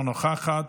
אינה נוכחת,